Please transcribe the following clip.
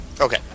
Okay